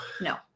no